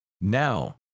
Now